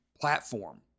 platform